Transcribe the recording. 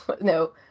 No